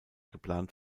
geplant